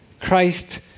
Christ